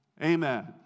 Amen